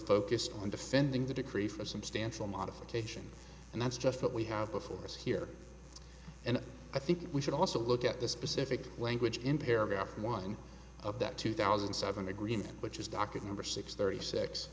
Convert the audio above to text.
focus on defending the decree for some stansell modification and that's just what we have before us here and i think we should also look at the specific language in paragraph one of that two thousand seven agreement which is docket number six thirty six